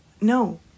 No